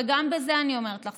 וגם בזה אני אומרת לך,